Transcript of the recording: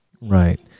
Right